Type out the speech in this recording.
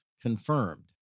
confirmed